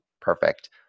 perfect